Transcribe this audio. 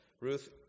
Ruth